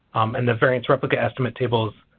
and the variance replicate estimates tables,